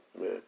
man